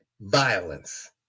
violence